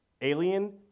alien